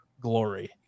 glory